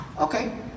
Okay